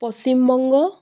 Paschimbanga